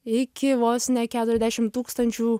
iki vos ne keturiasdešim tūkstančių